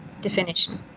definition